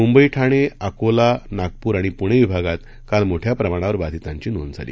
मुंबई ठाणे अकोला नागपूर आणि पुणे विभागात काल मोठ्या प्रमाणावर बाधितांची नोंद झाली